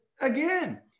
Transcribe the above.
again